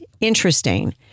interesting